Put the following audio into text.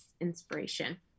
inspiration